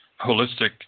holistic